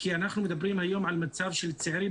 כי אנחנו מדברים היום על מצב של צעירים,